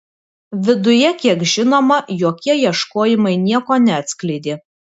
viduje kiek žinoma jokie ieškojimai nieko neatskleidė